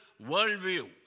worldview